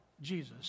Jesus